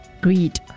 greed